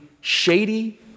shady